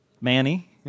Manny